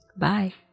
Bye